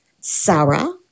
Sarah